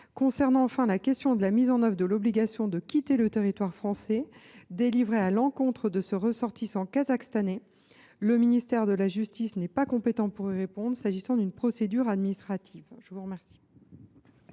concerne, enfin, la question de la mise en œuvre de l’obligation de quitter le territoire français délivrée à l’encontre de ce ressortissant kazakhstanais, le ministère de la justice n’est pas compétent pour y répondre, s’agissant d’une procédure administrative. La parole